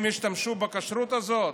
הם ישתמשו בכשרות הזאת?